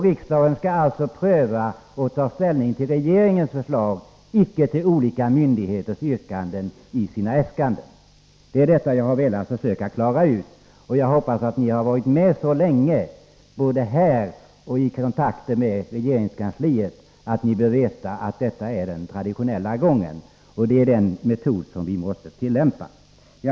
Riksdagen skall pröva och ta ställning till regeringens förslag, icke till olika myndigheters äskanden. Det är detta jag har försökt klara ut. Jag hoppas ni har varit med så länge, både här och i kontakter med regeringskansliet, att ni vet att detta är den traditionella gången. Detta är den metod vi måste tillämpa.